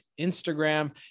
Instagram